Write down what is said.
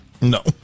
No